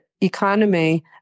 economy